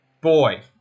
boy